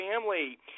family